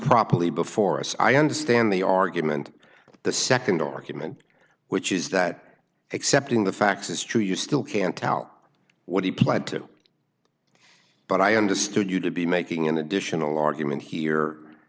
probably before us i understand the argument the nd argument which is that accepting the facts is true you still can't tell what he pled to but i understood you to be making an additional argument here